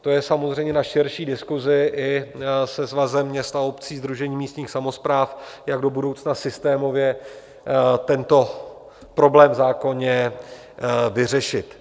To je samozřejmě na širší diskusi i se Svazem měst a obcí, Sdružením místních samospráv, jak do budoucna systémově tento problém v zákoně vyřešit.